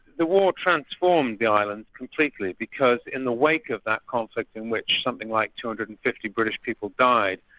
the war transformed the island completely because in the wake of that conflict in which something like two hundred and fifty british people died,